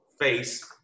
face